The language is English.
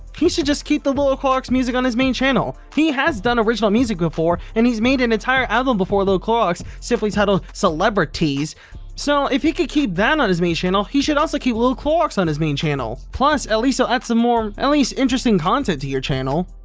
he should just keep the below clarke's music on his main channel he has done original music before and he's made an entire album before though clarke's simply titled celebrities so if he could keep then on his main channel he should also keep a little orcs on his main channel plus. at least i'll add some more at least interesting content to your channel